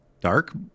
dark